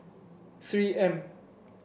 three M